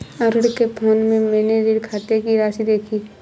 अरुण के फोन में मैने ऋण खाते की राशि देखी